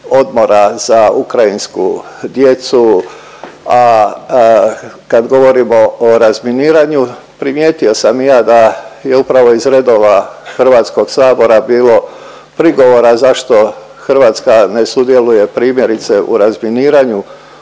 odmora za ukrajinsku djecu, a kad govorimo o razminiranju primijetio sam i ja da je upravo iz redova Hrvatskog sabora bilo prigovora zašto Hrvatska ne sudjeluje primjerice u razminiranju